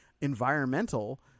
environmental